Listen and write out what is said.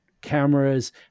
cameras